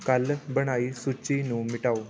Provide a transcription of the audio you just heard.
ਕੱਲ੍ਹ ਬਣਾਈ ਸੂਚੀ ਨੂੰ ਮਿਟਾਓ